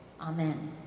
Amen